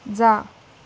जा